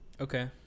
Okay